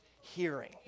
hearing